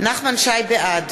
בעד